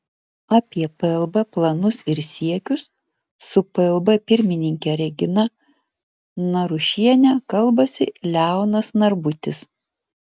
apie plb planus ir siekius su plb pirmininke regina narušiene kalbasi leonas narbutis